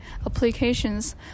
applications